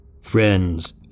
Friends